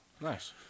Nice